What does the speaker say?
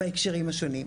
בהקשרים השונים.